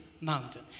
mountain